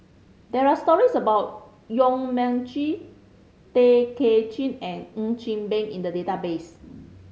there are stories about Yong Mun Chee Tay Kay Chin and Ng Chee Meng in the database